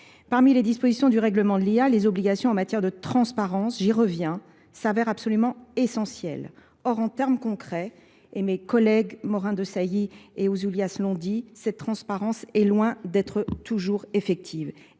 Parmi les dispositions du règlement de l'IA, les obligations en matière de transparence, j'y reviens. s'avère absolument essentielle. Or, en termes concrets, et mes collègues Morin de Sailly et Osulias l'ont dit, cette transparence est loin d'être toujours effective.